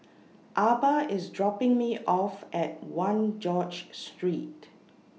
Arba IS dropping Me off At one George Street